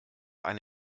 eine